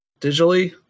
digitally